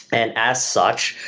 and as such,